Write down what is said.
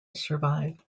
survive